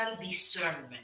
discernment